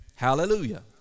Hallelujah